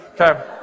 okay